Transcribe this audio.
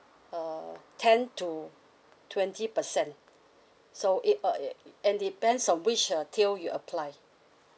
uh ten to twenty percent so it uh it and depends on which uh tier you apply